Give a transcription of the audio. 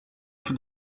for